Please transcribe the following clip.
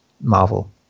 marvel